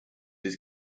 his